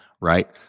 right